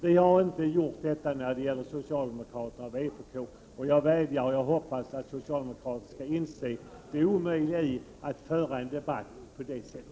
Vi har inte gjort det när det gäller socialdemokraterna och vpk, och jag vädjar till socialdemokraterna och hoppas att ni skall inse det omöjliga i att föra en debatt på det sättet.